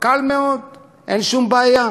קל מאוד, אין שום בעיה.